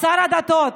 שר הדתות,